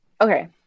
okay